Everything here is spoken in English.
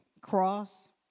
cross